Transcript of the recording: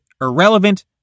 irrelevant